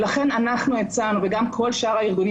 ולכן אנחנו הצענו וגם כל הארגונים